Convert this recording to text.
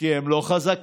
כי הם לא חזקים,